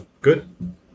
Good